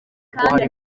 kandi